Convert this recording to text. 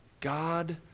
God